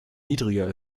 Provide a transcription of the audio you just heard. niedriger